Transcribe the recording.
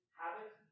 habit